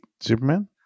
Superman